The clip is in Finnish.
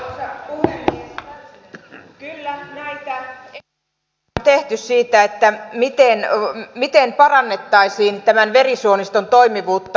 kyllä näitä esityksiä on tehty siitä miten parannettaisiin tämän verisuoniston toimivuutta